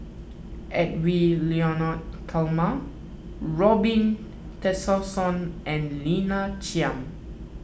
Edwy Lyonet Talma Robin Tessensohn and Lina Chiam